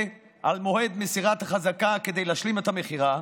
על מועד מסירת החזקה כדי להשלים את המכירה,